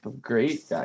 great